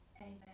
Amen